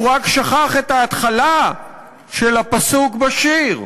הוא רק שכח את ההתחלה של הפסוק בשיר.